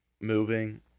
moving